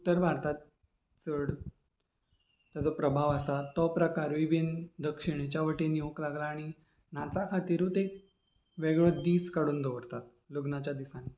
उत्तर भारतांत चड ताचो प्रभाव आसा तो प्रकारूय बीन दक्षीणेच्या वटेन येवंक लागला आनी नाचा खातिरूच एक वेगळो दीस काडून दवरतात लग्नाच्या दिसांनी